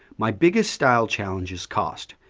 my biggest style challenge is cost.